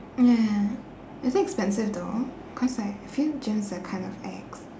ya ya is it expensive though cause like feel just gyms are kind of ex